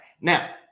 now